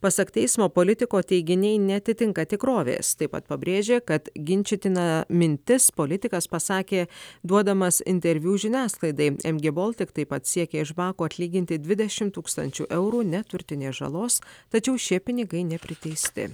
pasak teismo politiko teiginiai neatitinka tikrovės taip pat pabrėžė kad ginčytina mintis politikas pasakė duodamas interviu žiniasklaidai em gė boltik taip pat siekė iš bako atlyginti dvidešimt tūkstančių eurų neturtinės žalos tačiau šie pinigai nepriteisti